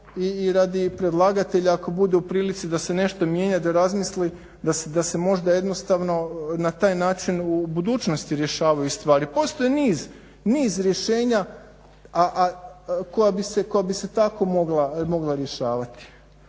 i radi predlagatelja ako bude u prilici da se nešto mijenja da razmisli da se možda jednostavno na taj način u budućnosti rješavaju stvari. Postoji niz, niz rješenja koja bi se tako mogla rješavati.